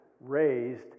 raised